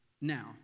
Now